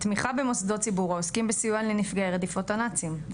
תמיכה במוסדות ציבור העוזרים לנפגעי רדיפות הנאצים.